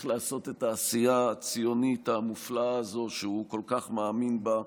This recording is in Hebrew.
לעשות את העשייה הציונית המופלאה הזאת שהוא כל כך מאמין בה,